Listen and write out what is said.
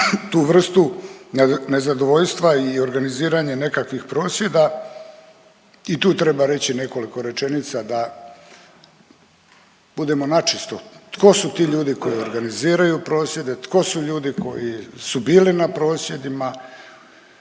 tu vrstu nezadovoljstva i organiziranje nekakvih prosvjeda i tu treba reći nekoliko rečenica da budemo načistu tko su ti ljudi koji organiziraju prosvjede, tko su ljudi koji su bili na prosvjedima.